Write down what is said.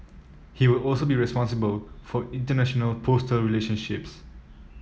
he will also be responsible for international postal relationships